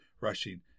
rushing